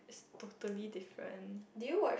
totally different